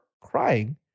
crying